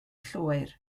llwyr